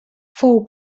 fou